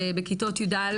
שבכיתות יא',